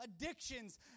addictions